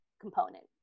component